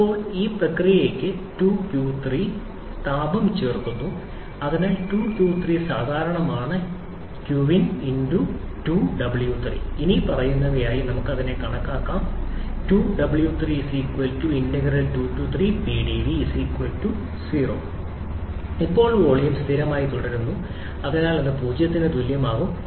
ഇപ്പോൾ ഈ പ്രക്രിയയ്ക്കിടയിൽ 2q3 താപം ചേർക്കുന്നു അതിനാൽ 2q3 സാധാരണമാണ് 2q3 qin 2w3 ഇനിപ്പറയുന്നതായി കണക്കാക്കാം ഇപ്പോൾ വോളിയം സ്ഥിരമായി തുടരുന്നു അതിനാൽ അത് 0 ന് തുല്യമാകും